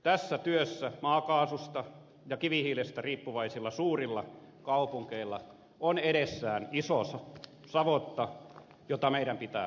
tässä työssä maakaasusta ja kivihiilestä riippuvaisilla suurilla kaupungeilla on edessään iso savotta jota meidän pitää tukea